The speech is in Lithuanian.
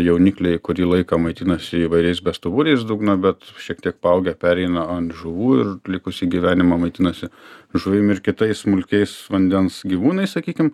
jaunikliai kurį laiką maitinasi įvairiais bestuburiais dugno bet šiek tiek paaugę pereina an žuvų ir likusį gyvenimą maitinasi žuvim ir kitais smulkiais vandens gyvūnais sakykim